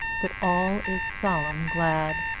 but all is solemn-glad,